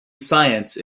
science